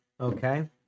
Okay